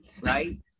Right